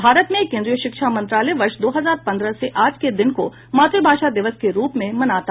भारत में केन्द्रीय शिक्षा मंत्रालय वर्ष दो हजार पन्द्रह से आज के दिन को मातृभाषा दिवस के रूप में मनाता आ रहा है